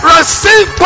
Receive